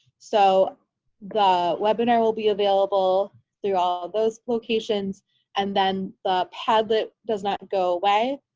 so the webinar will be available through all of those locations and then the padlet does not go away,